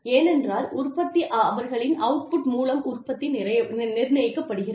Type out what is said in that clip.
ஏனென்றால் உற்பத்தி அவர்களின் அவுட் புட் மூலம் உற்பத்தி நிர்ணயிக்கப்படுகிறது